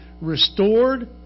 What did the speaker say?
restored